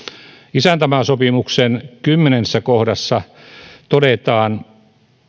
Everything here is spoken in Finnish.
isäntämaasopimuksen kymmenennessä kohdassa todetaan